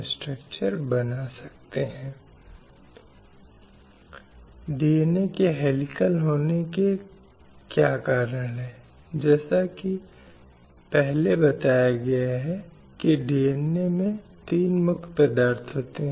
हालाँकि समुदाय की कुछ महिलाओं ने इस समस्या से बाहर निकलने और खुलकर बात करने की हिम्मत दिखाई है और इसलिए अब धीरे धीरे यह माना जा रहा है कि देश में FGM भी मौजूद है